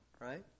Right